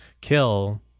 kill